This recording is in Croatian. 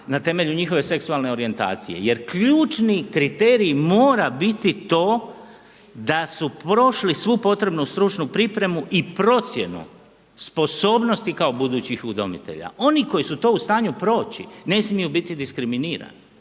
na temelju njihove seksualne orijentacije jer ključni kriterij mora biti to da su prošli svu potrebnu stručnu pripremu i procjenu sposobnosti kao budućih udomitelja. Oni koji su to u stanju proći, ne smiju biti diskriminirani